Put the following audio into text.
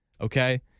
Okay